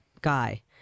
guy